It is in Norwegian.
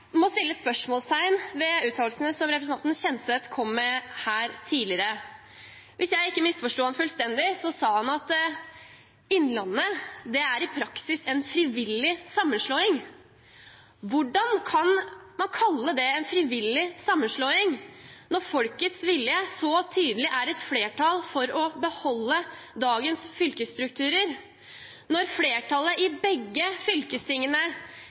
må sette et spørsmålstegn ved uttalelsene som representanten Kjenseth kom med her tidligere. Hvis jeg ikke misforsto ham fullstendig, sa han at Innlandet i praksis er en frivillig sammenslåing. Hvordan kan man kalle det en frivillig sammenslåing når folkets vilje så tydelig er et flertall for å beholde dagens fylkesstrukturer, og når flertallet i begge fylkestingene